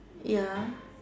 ya